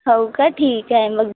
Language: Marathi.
हो का ठीक आहे मग